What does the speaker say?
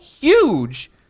huge